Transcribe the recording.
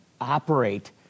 operate